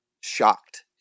shocked